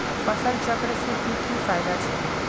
फसल चक्र से की की फायदा छे?